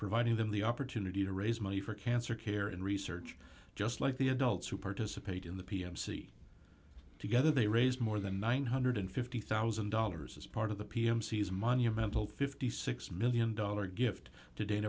providing them the opportunity to raise money for cancer care and research just like the adults who participate in the p m c together they raised more than one hundred and fifty thousand dollars as part of the p m c is monumental fifty six million dollars gift to da